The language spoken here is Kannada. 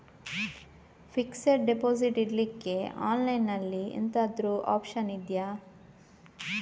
ಫಿಕ್ಸೆಡ್ ಡೆಪೋಸಿಟ್ ಇಡ್ಲಿಕ್ಕೆ ಆನ್ಲೈನ್ ಅಲ್ಲಿ ಎಂತಾದ್ರೂ ಒಪ್ಶನ್ ಇದ್ಯಾ?